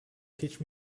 teach